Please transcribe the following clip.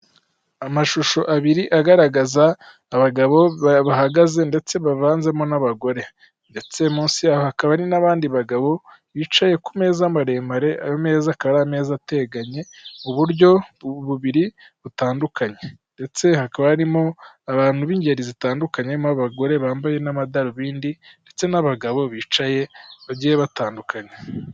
Amashusho abiri agaragaza abagabo bahagaze ndetse bavanzemo n'abagore, ndetse munsi hakaba hari n'abandi bagabo bicaye ku meza maremare, ayo meza akaba ari ameza ateganye mu buryo bubiri butandukanye, ndetse hakaba harimo abantu b'ingeri zitandukanyemo; abagore bambaye n'amadarubindi, ndetse n'abagabo bicaye bagiye batandukanye.